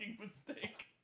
mistake